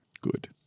Good